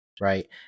right